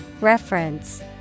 reference